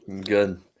Good